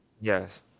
Yes